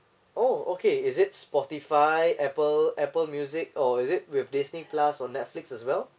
oh okay is it Spotify Apple Apple music or is it with Disney plus or Netflix as well